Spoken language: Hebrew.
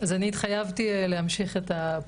אז אני התחייבתי פה להמשיך את הפרויקט.